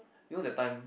you know that time